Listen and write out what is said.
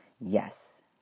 yes